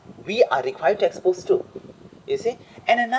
we are required to expose to you see and another